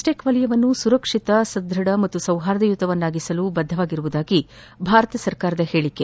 BIMSTEC ವಲಯವನ್ನು ಸುರಕ್ಷಿತ ಸದ್ದಢ ಹಾಗೂ ಸೌಹಾರ್ದಯುತವನ್ನಾಗಿಸಲು ಬದ್ದವಾಗಿರುವುದಾಗಿ ಭಾರತದ ಹೇಳಿಕೆ